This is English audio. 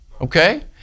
Okay